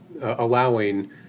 allowing